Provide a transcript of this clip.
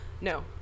no